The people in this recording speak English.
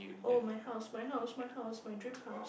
oh my house my house my house my dream house